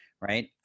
right